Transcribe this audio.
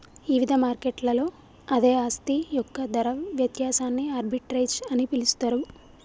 ఇవిధ మార్కెట్లలో అదే ఆస్తి యొక్క ధర వ్యత్యాసాన్ని ఆర్బిట్రేజ్ అని పిలుస్తరు